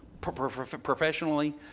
professionally